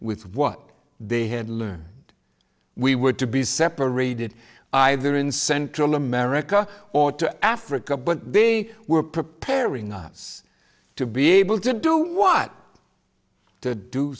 with what they had learned and we were to be separated either in central america or to africa but they were preparing us to be able to do what to do